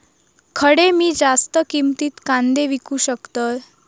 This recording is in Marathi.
खडे मी जास्त किमतीत कांदे विकू शकतय?